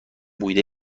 بوده